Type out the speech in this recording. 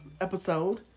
episode